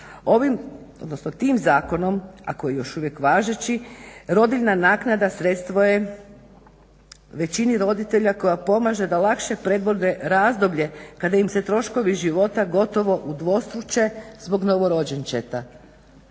dopust. Tim zakonom a koji je još uvijek važeći, rodiljna naknada sredstvo je većini roditelja koja pomaže da lakše prebrode razdoblje kada im se troškovi života gotovo udvostruče zbog novorođenčeta.